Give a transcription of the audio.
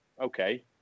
okay